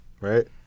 Right